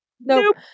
nope